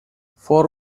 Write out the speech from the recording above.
four